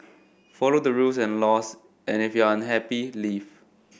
follow the rules and laws and if you're unhappy leave